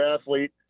athlete